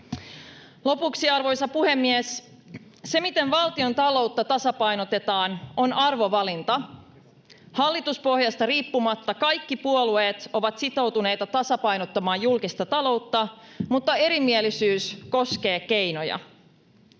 Lopuksi, arvoisa puhemies: Se, miten valtiontaloutta tasapainotetaan, on arvovalinta. Hallituspohjasta riippumatta kaikki puolueet ovat sitoutuneita tasapainottamaan julkista ta-loutta, mutta erimielisyys koskee keinoja.